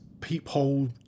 peephole